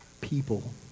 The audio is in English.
people